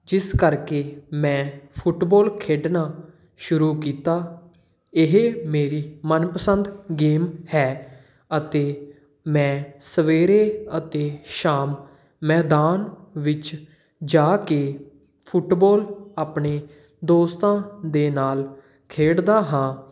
ਜਿਸ ਕਰਕੇ ਮੈਂ ਫੁੱਟਬੋਲ ਖੇਡਣਾ ਸ਼ੁਰੂ ਕੀਤਾ ਇਹ ਮੇਰੀ ਮਨਪਸੰਦ ਗੇਮ ਹੈ ਅਤੇ ਮੈਂ ਸਵੇਰੇ ਅਤੇ ਸ਼ਾਮ ਮੈਦਾਨ ਵਿੱਚ ਜਾ ਕੇ ਫੁੱਟਬੋਲ ਆਪਣੇ ਦੋਸਤਾਂ ਦੇ ਨਾਲ ਖੇਡਦਾ ਹਾਂ